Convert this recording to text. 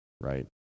right